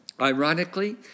Ironically